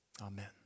Amen